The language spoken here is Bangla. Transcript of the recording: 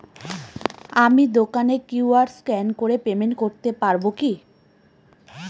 আমি দোকানে কিউ.আর স্ক্যান করে পেমেন্ট করতে পারবো কি?